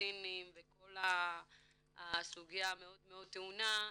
פלשתינים וכל הסוגיה המאוד מאוד טעונה,